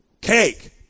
cake